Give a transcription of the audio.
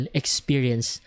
experience